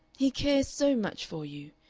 he cares so much for you.